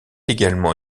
également